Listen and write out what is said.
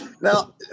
Now